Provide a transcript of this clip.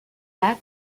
lac